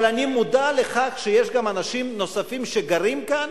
אבל אני מודע לכך שיש גם אנשים נוספים שגרים כאן,